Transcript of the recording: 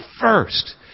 first